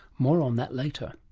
more on that later.